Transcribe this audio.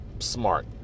smart